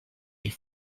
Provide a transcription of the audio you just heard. ils